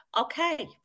Okay